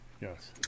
yes